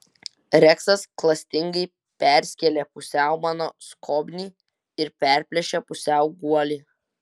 reksas klastingai perskėlė pusiau mano skobnį ir perplėšė pusiau guolį